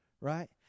right